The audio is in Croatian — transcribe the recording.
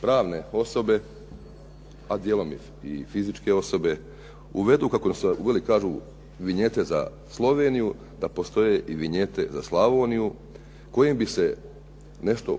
pravne osobe, a dijelom i fizičke osobe uvedu kako su uveli, kažu vinjete za Sloveniju, da postoje i vinjete za Slavoniju kojim bi se nešto